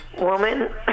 woman